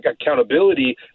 accountability